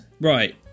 Right